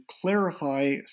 clarify